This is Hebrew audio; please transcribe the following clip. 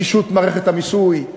פישוט מערכת המיסוי,